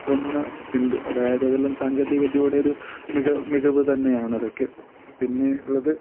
ഒന്ന് ഉണ്ട് അതായത് അതെല്ലാം സാങ്കേതിക വിദ്യയുടെ ഒരു മിക മികവ് തന്നെയാണ് അതൊക്കെ പിന്നെ ഉള്ളത്